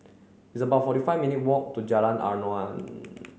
it's about forty five minutes' walk to Jalan Aruan